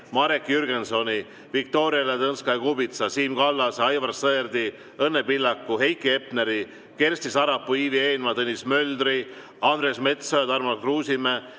Marek Jürgensoni, Viktoria Ladõnskaja-Kubitsa, Siim Kallase, Aivar Sõerdi, Õnne Pillaku, Heiki Hepneri, Kersti Sarapuu, Ivi Eenmaa, Tõnis Möldri, Andres Metsoja, Tarmo Kruusimäe,